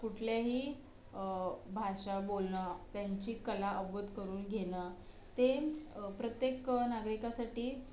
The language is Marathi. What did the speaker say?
कुठल्याही भाषा बोलणं त्यांची कला अवगत करून घेणं ते प्रत्येक नागरिकासाठी